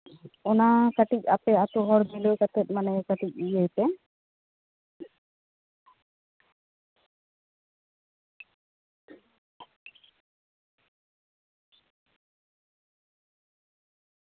ᱚᱱᱟ ᱠᱟᱹᱴᱤᱡ ᱟᱯᱮ ᱟᱛᱳ ᱦᱚᱲ ᱢᱤᱞᱟᱹᱣ ᱠᱟᱛᱮ ᱠᱟᱹᱴᱤᱡ ᱤᱭᱟᱹᱭ ᱯᱮ